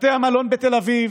בתי המלון בתל אביב,